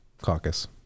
caucus